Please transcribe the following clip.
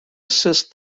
assist